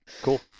Cool